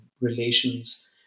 relations